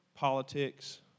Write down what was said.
Politics